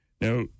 now